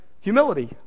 humility